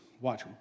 watch